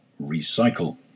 recycle